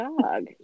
dog